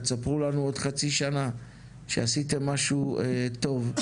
תספרו לנו בעוד חצי שנה שעשיתם משהו טוב.